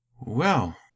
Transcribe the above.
Well